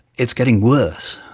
it's getting worse,